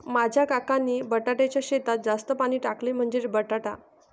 माझ्या काकांनी बटाट्याच्या शेतात जास्त पाणी टाकले, म्हणजे बटाटा